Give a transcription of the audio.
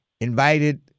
invited